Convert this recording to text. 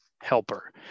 helper